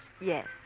Yes